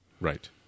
Right